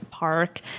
park